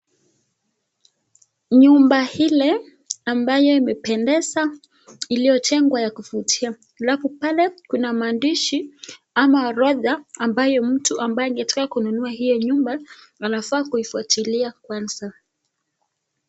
Nyumba hili ambayo imependeza iliyojengwa ya kuvutia. Alafu pale kuna maandishi ama orodha ambayo mtu ambaye angetaka kununua hiyo nyumba anafaa kuifwatilia kwanza.